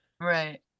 Right